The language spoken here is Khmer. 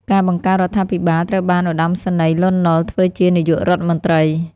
ការបង្កើតរដ្ឋាភិបាលត្រូវបានឧត្តមសេនីយ៍ លន់ នល់ ធ្វើជានាយករដ្ឋមន្ត្រី។